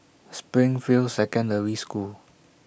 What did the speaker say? Springfield Secondary School